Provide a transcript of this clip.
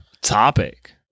Topic